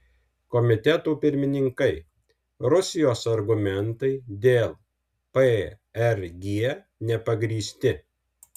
komitetų pirmininkai rusijos argumentai dėl prg nepagrįsti